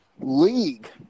league